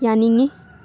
ꯌꯥꯅꯤꯡꯉꯤ